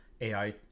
AI